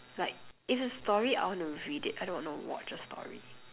like if it's a story I want to read it I don't want to watch a story